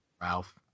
Ralph